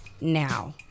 now